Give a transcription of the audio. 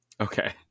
Okay